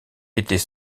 était